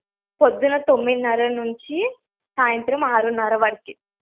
పొద్దున తొమ్మిదిన్నర నుంచి సాయంత్రం ఆరున్నర వరకు